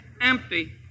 Empty